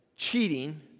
Cheating